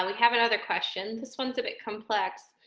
um like have another question, this one's a bit complex.